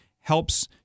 helps